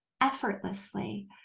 effortlessly